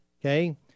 okay